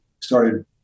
started